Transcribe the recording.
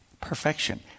perfection